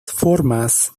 formas